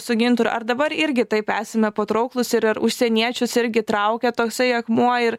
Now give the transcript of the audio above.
su gintaru ar dabar irgi taip esame patrauklūs ir ar užsieniečius irgi traukia toksai akmuo ir